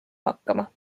hakkama